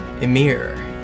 Emir